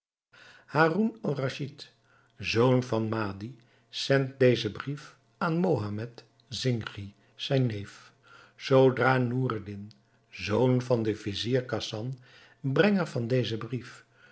haroun-al-raschid zoon van mahdi zendt dezen brief aan mohammed zinchi zijn neef zoodra noureddin zoon van den vizier khasan brenger van dezen brief